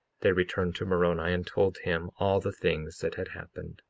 they returned to moroni and told him all the things that had happened.